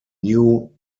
new